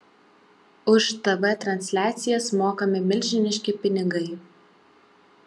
už tv transliacijas mokami milžiniški pinigai